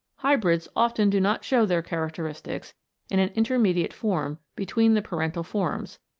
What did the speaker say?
hybrids often do not show their characteristics in an intermediate form between the parental forms,